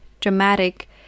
dramatic